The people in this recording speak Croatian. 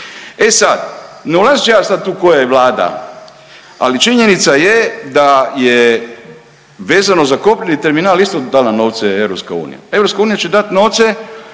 E sad, ne ulazim ja sad tu koja je Vlada, ali činjenica je da je vezano za kopneni terminal isto dala novce EU. EU će dati novce